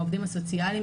העובדים הסוציאליים.